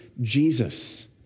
Jesus